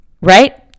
right